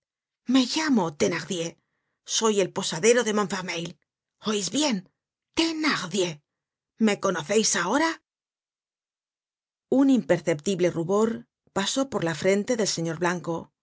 me llamo thenardier soy el posadero de montfermeil oís bien thenardier me conoceis ahora un imperceptible rubor pasó por la frente del señor blanco